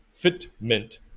fitment